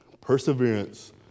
perseverance